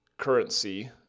currency